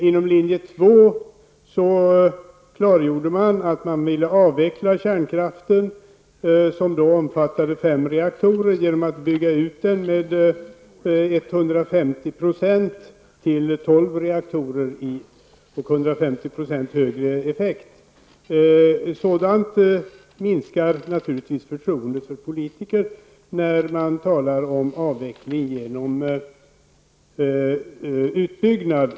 Inom linje 2 klargjorde man att man ville avveckla kärnkraften, som då omfattade 5 reaktorer, genom att bygga ut den med 150 % till 12 reaktorer och 150 % högre effekt. Det minskar naturligtvis förtroendet för politiker när man talar om avveckling genom utbyggnad.